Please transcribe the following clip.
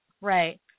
right